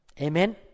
Amen